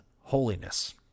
holiness